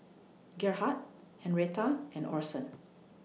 Gerhardt Henretta and Orson